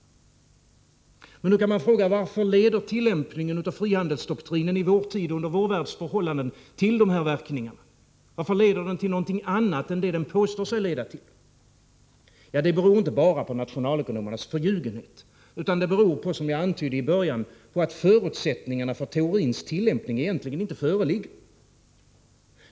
Nu kan man fråga: Varför leder tillämpningen av frihandelsdoktrinen i vår tid och under vår världs förhållanden till dessa verkningar? Varför leder det till någonting annat än det doktrinen påstås leda till? Det beror inte bara på nationalekonomernas förljugenhet, utan det beror på, som jag antydde i början, att förutsättningarna för teorins tillämpning egentligen inte föreligger.